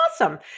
awesome